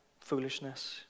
foolishness